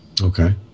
Okay